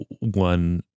one